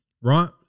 right